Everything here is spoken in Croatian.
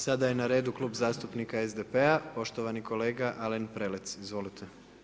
Sada je na redu Klub zastupnika SDP-a, poštovani kolega Alen Prelec, izvolite.